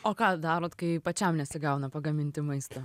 o ką darot kai pačiam nesigauna pagaminti maisto